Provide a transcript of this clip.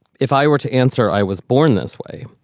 if i were to answer. i was born this way.